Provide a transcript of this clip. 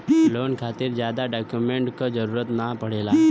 loan खातिर जादा document क जरुरत न पड़ेला